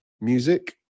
Music